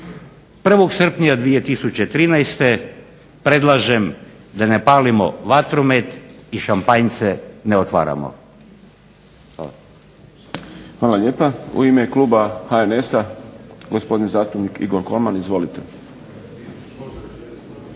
1. srpnja 2013. predlažem da ne palimo vatromet i šampanjce ne otvaramo. Hvala. **Šprem, Boris (SDP)** Hvala lijepa. U ime kluba HNS-a gospodin zastupnik Igor Kolman. Izvolite.